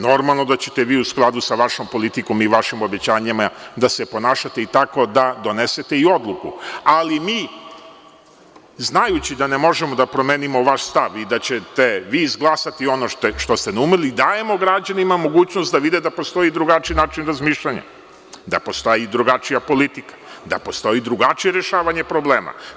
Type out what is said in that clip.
Normalno, da će te vi u skladu sa vašom politikom i vašim obećanjima da se ponašate i tako da donesete i odluku, ali mi, znajući da ne možemo da promenimo vaš stav i da ćete vi izglasati ono što ste naumili, dajemo građanima mogućnost da vide da postoji drugačiji način razmišljanja, da postoji i drugačija politika, da postoji i drugačije rešavanje problema.